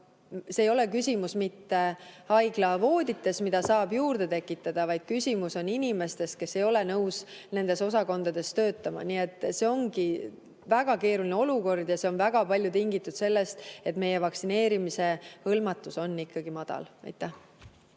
Siin ei ole küsimus haiglavoodites, mida saab juurde tekitada, vaid küsimus on inimestes, kes ei ole nõus nendes osakondades töötama. Nii et see ongi väga keeruline olukord ja see on väga palju tingitud sellest, et meie vaktsineeritusega hõlmatus on ikkagi madal. Aitäh!